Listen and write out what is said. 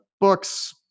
books